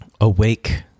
awake